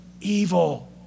evil